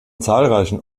zahlreichen